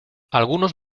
algunos